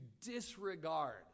disregard